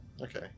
okay